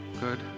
Good